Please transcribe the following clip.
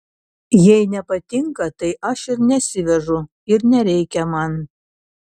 jei nepatinka tai aš ir nesivežu ir nereikia man